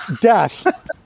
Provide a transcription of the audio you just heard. Death